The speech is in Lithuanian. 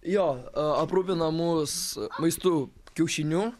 jo aprūpina mus maistu kiaušiniu